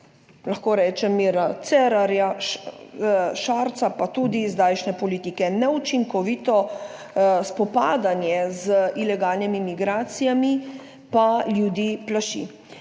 lahko rečem Mira Cerarja, Šarca, pa tudi zdajšnje politike. Neučinkovito spopadanje z ilegalnimi migracijami pa ljudi plaši.